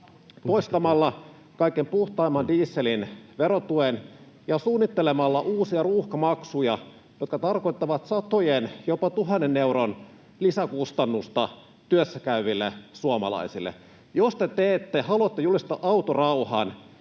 poistamalla kaikkein puhtaimman dieselin verotuen ja suunnittelemalla uusia ruuhkamaksuja, jotka tarkoittavat satojen eurojen, jopa tuhannen euron, lisäkustannusta työssäkäyville suomalaisille? Jos te haluatte julistaa autorauhan,